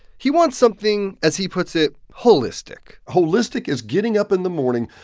he wants something, as he puts it, holistic holistic is getting up in the morning,